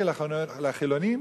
כי לחילונים,